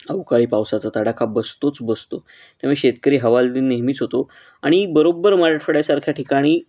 अवकाळी पावसाचा ताडाखा बसतोच बसतो त्यामुळे शेतकरी हवालदिल नेहमीच होतो आणि बरोबर मराठवड्यासारख्या ठिकाणी